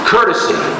Courtesy